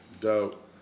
dope